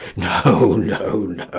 no, no, no.